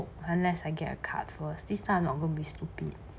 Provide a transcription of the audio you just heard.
unless I get a card first this time I not going to be stupid